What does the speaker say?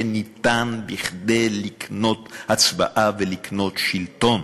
שניתן כדי לקנות הצבעה ולקנות שלטון.